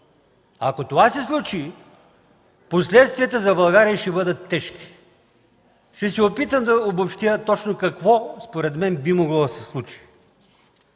Ако това се случи, последствията за България ще бъдат тежки. Ще се опитам да обобщя точно какво, според мен, би могло да се случи.